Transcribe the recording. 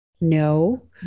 No